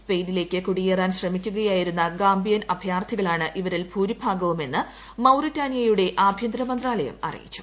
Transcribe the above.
സ്പെയിനിലേക്ക് കുടിയേറാൻ ശ്രമിക്കുകയായിരുന്ന ഗാംബിയൻ അഭയാർത്ഥികളാണ് ഇവരിൽ ഭൂരിഭാഗവുമെന്ന് മൌറിറ്റാനിയയുടെ ആഭ്യന്തരമന്ത്രാലയം അറിയിച്ചു